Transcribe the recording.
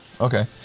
Okay